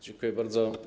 Dziękuję bardzo.